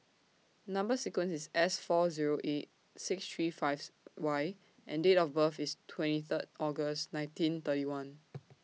Number sequence IS S four Zero eight six three Fifth Y and Date of birth IS twenty Third August nineteen thirty one